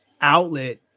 outlet